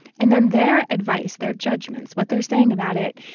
and then their advice, their judgments, what they're saying about it,